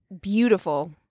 beautiful